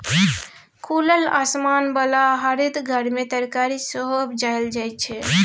खुलल आसमान बला हरित घर मे तरकारी सेहो उपजाएल जाइ छै